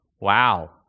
Wow